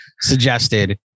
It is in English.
suggested